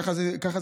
ככה זה בחוק,